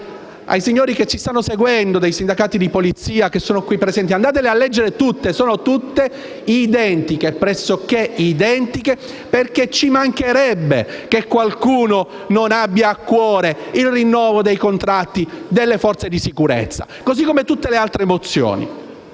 ai signori che ci stanno seguendo, dei sindacati di polizia, che sono qui presenti: andate a leggere tutte le mozioni: sono tutte pressoché identiche, perché ci mancherebbe che qualcuno non abbia a cuore il rinnovo dei contratti delle forze di sicurezza. Così come per tutte le mozioni